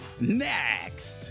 next